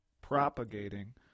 propagating